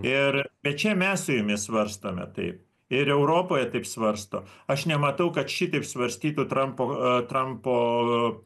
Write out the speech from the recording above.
ir bet čia mes su jumis svarstome taip ir europoje taip svarsto aš nematau kad šitaip svarstytų trampo trampo